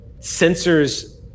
sensors